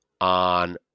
on